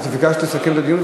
את ביקשת לסכם את הדיון?